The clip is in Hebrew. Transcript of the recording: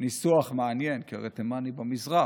ניסוח מעניין, כי הרי תימן היא במזרח.